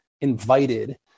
invited